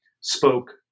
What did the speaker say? spoke